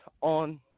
on